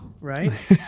Right